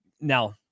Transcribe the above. Now